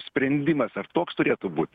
sprendimas ar toks turėtų būt